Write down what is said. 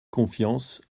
confiance